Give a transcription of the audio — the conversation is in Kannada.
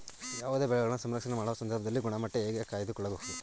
ಯಾವುದೇ ಬೆಳೆಯನ್ನು ಸಂಸ್ಕರಣೆ ಮಾಡುವ ಸಂದರ್ಭದಲ್ಲಿ ಗುಣಮಟ್ಟ ಹೇಗೆ ಕಾಯ್ದು ಕೊಳ್ಳಬಹುದು?